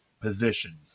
positions